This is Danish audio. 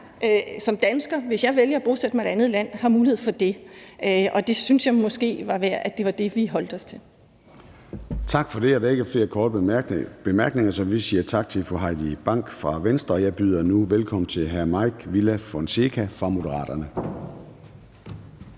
som dansker, hvis jeg vælger at bosætte mig i et andet land, har mulighed for det, og jeg synes måske, at det ville være godt, at det var det, vi holdt os til. Kl. 10:45 Formanden (Søren Gade): Tak for det. Der er ikke flere korte bemærkninger, så vi siger tak til fru Heidi Bank fra Venstre. Jeg byder nu velkommen til hr. Mike Villa Fonseca fra Moderaterne.